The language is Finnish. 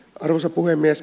arvoisa puhemies